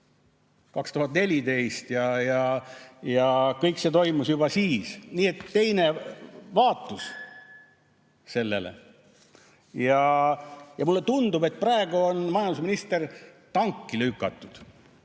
2014. Ja kõik see toimus juba siis. Nii et teine vaatus sellele. Ja mulle tundub, et praegu on majandusminister tanki lükatud.